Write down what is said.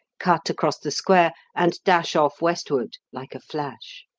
cut across the square, and dash off westward like a flash.